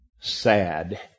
sad